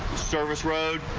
service road.